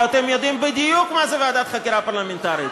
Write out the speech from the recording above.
ואתם יודעים בדיוק מה זו ועדת חקירה פרלמנטרית.